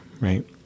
right